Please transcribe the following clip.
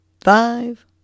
five